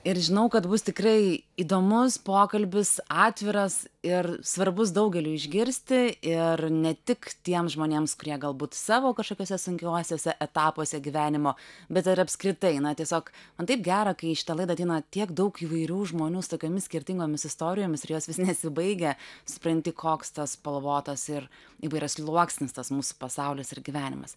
ir žinau kad bus tikrai įdomus pokalbis atviras ir svarbus daugeliui išgirsti ir ne tik tiems žmonėms kurie galbūt savo kažkokiuose sunkiuosiuose etapuose gyvenimo bet ir apskritai na tiesiog man taip gera kai į šitą laidą ateina tiek daug įvairių žmonių su tokiomis skirtingomis istorijomis ir jos vis nesibaigia supranti koks tas spalvotas ir įvairiasluoksnis tas mūsų pasaulis ir gyvenimas